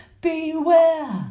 beware